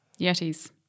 Yetis